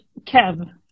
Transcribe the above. Kev